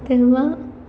तेव्हा